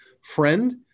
friend